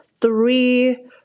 three